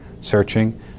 searching